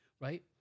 right